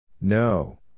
No